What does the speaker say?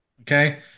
Okay